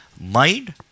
mind